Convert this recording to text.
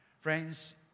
Friends